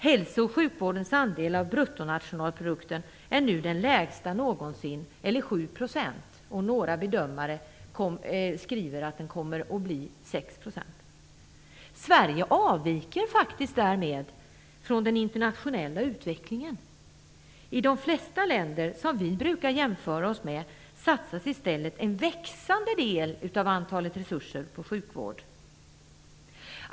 Hälso och sjukvårdens andel av bruttonationalprodukten är nu den lägsta någonsin, eller 7 %, och några bedömare skriver att den kommer att bli 6 %. Sverige avviker faktiskt därmed från den internationella utvecklingen. I de flesta länder som vi brukar jämföra oss med satsas i stället en växande del av resurserna på sjukvård.